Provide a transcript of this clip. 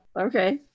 Okay